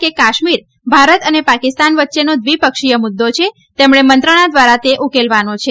કે કાશ્મીર ભારત અને પાકિસ્તાન વચ્ચેનો દ્વીપક્ષીય મુદ્દો છે તેમણે મંત્રણા દ્વારા તે ઉકેલવાનો છે